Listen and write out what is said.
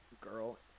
girl